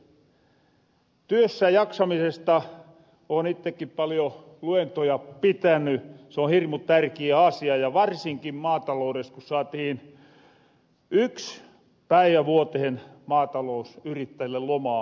työssä jaksamisesta oon ittekki paljo luentoja pitäny soon hirmu tärkiä asia ja varsinkin maataloudes ku saatihin yks päivä vuotehen maatalousyrittäjille lomaa